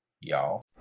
Y'all